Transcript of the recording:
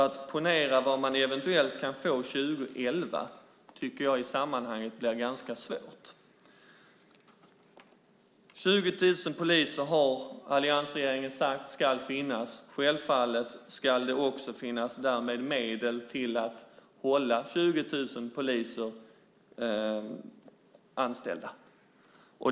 Att ponera vad vi eventuellt kan få 2011 tycker jag blir ganska svårt i sammanhanget. Alliansregeringen har sagt att det ska finnas 20 000 poliser. Självfallet ska det därmed också finnas medel till att hålla 20 000 poliser anställda.